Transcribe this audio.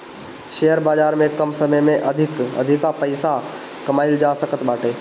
share बाजार में कम समय में अधिका पईसा कमाईल जा सकत बाटे